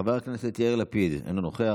חבר הכנסת יאיר לפיד, אינו נוכח,